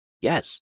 Yes